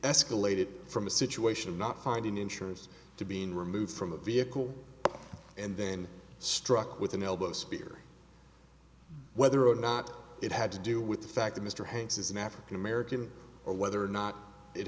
escalated from a situation not finding insurance to being removed from a vehicle and then struck with an elbow spear whether or not it had to do with the fact that mr hanks is an african american or whether or not it